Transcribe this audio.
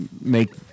make